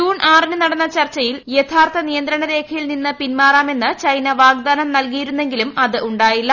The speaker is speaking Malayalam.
ജൂൺ ആറിന് നടന്ന ചർച്ചയിൽ യഥാർത്ഥ നിയന്ത്രണ രേഖയിൽ നിന്ന് പിന്മാറാമെന്ന് ചൈന വാഗ്ദാനം നൽകിയിരുന്നെങ്കിലും അത് ഉണ്ടായില്ല